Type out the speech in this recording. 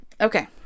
Okay